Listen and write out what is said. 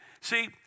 See